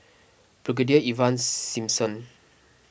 Brigadier Ivan Simson